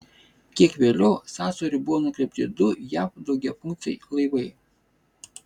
kiek vėliau sąsiauriu buvo nukreipti du jav daugiafunkciai laivai